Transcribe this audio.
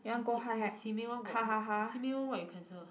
the simei one got simei one what you cancel